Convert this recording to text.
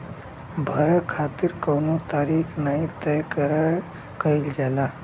भरे खातिर कउनो तारीख नाही तय कईल जाला